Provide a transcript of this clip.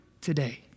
today